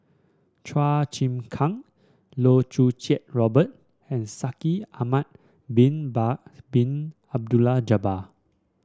Chua Chim Kang Loh Choo Kiat Robert and Shaikh Ahmad Bin Bakar Bin Abdullah Jabbar